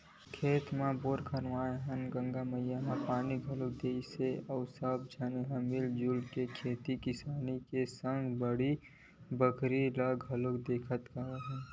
खेत म बोर कराए हन त गंगा मैया ह पानी घलोक दे दिस अउ सब झन मिलजुल के खेती किसानी के सग बाड़ी बखरी ल घलाके कमावत हन